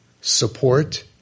support